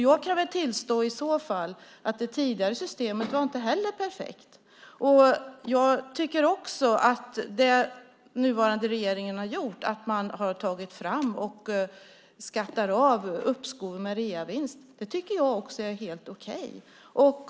Jag kan i så fall tillstå att det tidigare systemet inte heller var prefekt. Det den nuvarande regeringen har gjort med att man har tagit fram och skattat av uppskoven med reavinst tycker jag är helt okej.